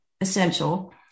essential